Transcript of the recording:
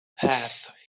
path